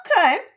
okay